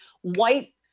White